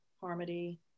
harmony